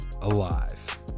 alive